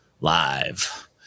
live